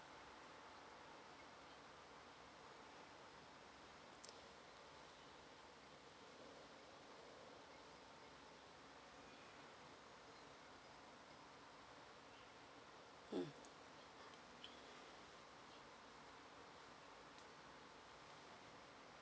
mm